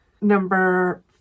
Number